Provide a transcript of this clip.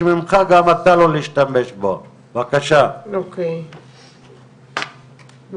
נכנסים לתמונה רק כאשר יש אירוע שמצריך טיפול.